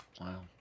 Wow